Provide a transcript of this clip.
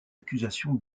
accusation